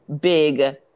big